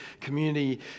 community